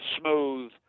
smooth